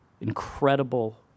incredible